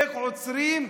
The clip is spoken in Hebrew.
איך עוצרים,